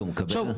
והוא מקבל?